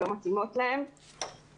שלא מתאימות להם,